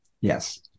Yes